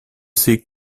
ses